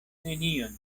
nenion